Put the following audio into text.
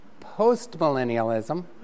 postmillennialism